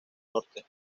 norte